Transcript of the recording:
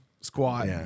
squat